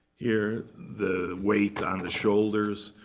here, the weight on the shoulders,